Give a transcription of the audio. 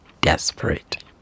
desperate